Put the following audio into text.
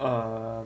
uh